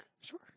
Sure